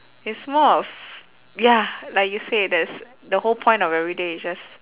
it's more of ya like you say there's the whole point of every day just